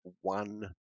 one